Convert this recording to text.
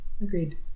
Agreed